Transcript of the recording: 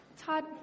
Todd